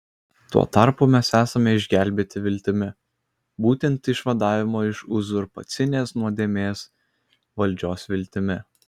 tuo tarpu mes esame išgelbėti viltimi būtent išvadavimo iš uzurpacinės nuodėmės valdžios viltimi